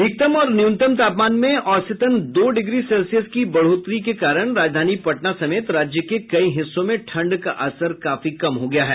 अधिकतम और न्यूनतम तापमान में औसतन दो डिग्री सेल्सियस की बढ़ोतरी के कारण राजधानी पटना समेत राज्य के कई हिस्सों में ठंड का असर काफी कम हो गया है